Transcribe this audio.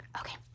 Okay